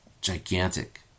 gigantic